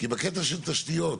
בקטע של תשתיות,